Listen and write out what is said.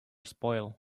spoil